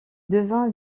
devint